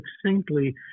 succinctly